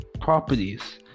properties